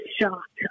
shocked